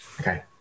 Okay